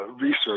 research